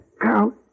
Count